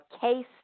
case